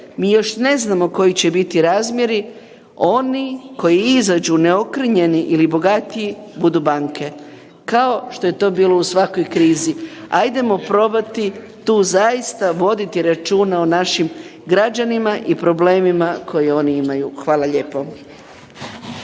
mi još ne znamo koji će biti razmjeri, oni koji i izađu neokrnjeni ili bogatiji, budu banke, kao što je to bilo u svakoj krizi. Hajdemo probati tu zaista voditi računa o našim građanima i problemima koje oni imaju. Hvala lijepo.